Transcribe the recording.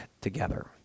together